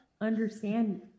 understand